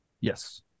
Yes